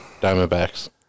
Diamondbacks